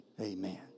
Amen